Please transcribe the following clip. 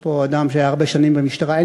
יש פה אדם שהיה הרבה שנים במשטרה.